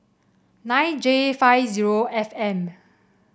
nine J five zero F M